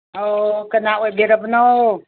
ꯑꯣ ꯀꯅꯥ ꯑꯣꯏꯕꯤꯔꯕꯅꯣ